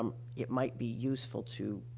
um it might be useful to,